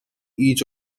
each